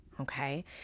Okay